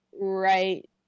right